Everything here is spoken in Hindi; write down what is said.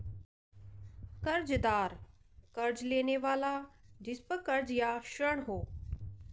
कर्ज़दार कर्ज़ लेने वाला जिसपर कर्ज़ या ऋण हो